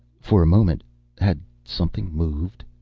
for a moment had something moved?